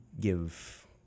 give